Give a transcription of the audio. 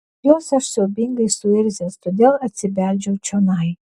dėl jos aš siaubingai suirzęs todėl atsibeldžiau čionai